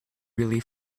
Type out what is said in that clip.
really